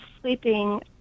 sleeping